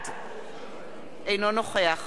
אינו נוכח טלב אלסאנע,